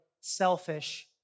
selfish